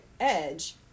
edge